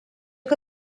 que